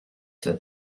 zur